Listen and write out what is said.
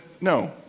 no